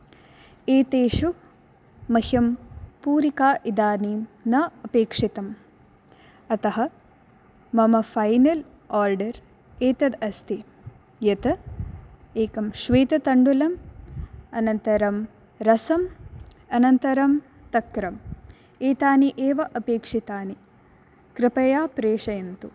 एतेषु मह्यं पूरिका इदानीं न अपेक्षितम् अतः मम फ़ैनल् आर्डर् एतद् अस्ति यत् एकं श्वेततण्डुलं अनन्तरं रसं अनन्तरं तक्रं एतानि एव अपेक्षितानि कृपया प्रेषयन्तु